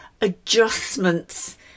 adjustments